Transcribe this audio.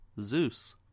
Zeus